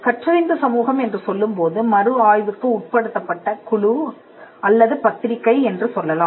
கற்றறிந்த சமூகம் என்று சொல்லும் போது மறு ஆய்வுக்கு உட்படுத்தப்பட்ட குழு அல்லது பத்திரிகை என்று சொல்லலாம்